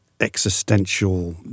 existential